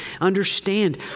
Understand